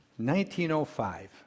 1905